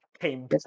Came